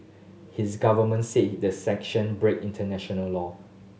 his government says the sanctions break international law